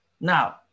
now